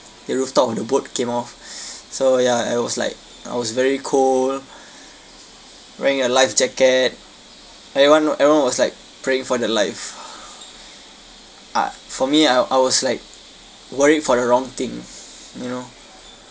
the rooftop of the boat came off so ya and it was like I was very cold wearing a life jacket everyone everyone was like praying for their life I for me I I was like worried for the wrong thing you know